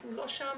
אנחנו לא שם,